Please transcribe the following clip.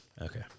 Okay